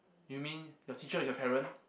you mean your teacher is your parent